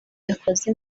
yakoze